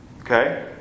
Okay